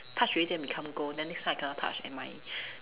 touch already then become gold then next time I cannot touch at my